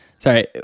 Sorry